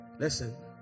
listen